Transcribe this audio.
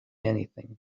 anything